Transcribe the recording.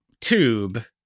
tube